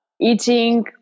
eating